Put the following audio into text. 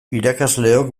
irakasleok